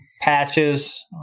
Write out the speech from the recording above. patches